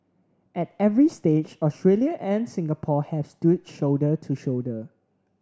at every stage Australia and Singapore have stood shoulder to shoulder